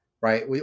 Right